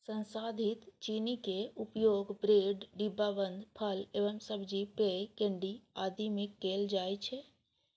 संसाधित चीनी के उपयोग ब्रेड, डिब्बाबंद फल एवं सब्जी, पेय, केंडी आदि मे कैल जाइ छै